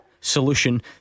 Solution